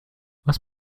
was